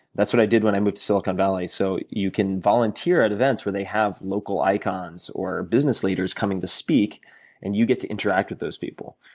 that's what i did when i moved to silicon valley. so you can volunteer at events where they have local icons or business leaders coming to speak and you get to interact with those people.